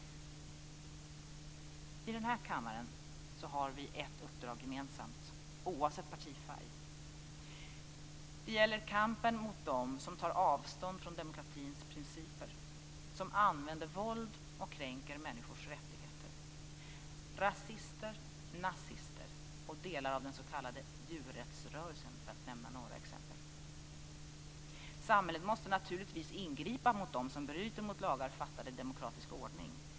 I denna kammare har vi ett uppdrag gemensamt, oavsett partifärg. Det gäller kampen mot dem som tar avstånd från demokratins principer och som använder våld och kränker människors rättigheter. Rasister, nazister och delar av den s.k. djurrättsrörelsen är några exempel. Samhället måste naturligtvis ingripa mot dem som bryter mot lagar som har antagits i demokratisk ordning.